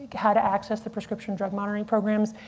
how to access the prescription drug monitoring programs,